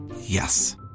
yes